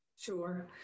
Sure